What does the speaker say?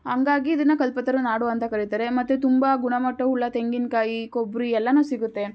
ಹಂಗಾಗಿ ಇದನ್ನು ಕಲ್ಪತರುನಾಡು ಅಂತ ಕರಿತಾರೆ ಮತ್ತು ತುಂಬ ಗುಣಮಟ್ಟವುಳ್ಳ ತೆಂಗಿನಕಾಯಿ ಕೊಬ್ಬರಿ ಎಲ್ಲನು ಸಿಗುತ್ತೆ